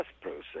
process